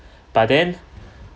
but then